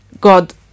God